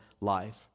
life